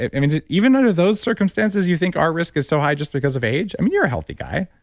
i mean, even under those circumstances, you think our risk is so high just because of age? i mean, you're a healthy guy